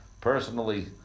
Personally